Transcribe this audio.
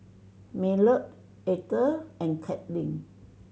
Maynard Eathel and Katlynn